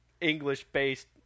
English-based